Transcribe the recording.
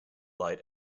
light